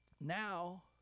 Now